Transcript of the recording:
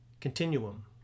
Continuum